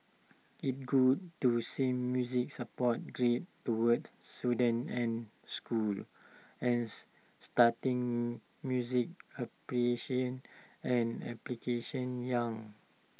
it's good to see music support geared towards students and schools and starting music appreciation and application young